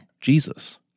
Jesus